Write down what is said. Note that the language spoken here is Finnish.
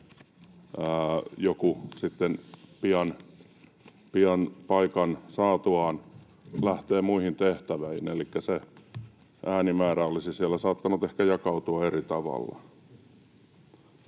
joku sitten pian paikan saatuaan lähtee muihin tehtäviin, elikkä se äänimäärä olisi siellä ehkä saattanut jakautua eri tavalla.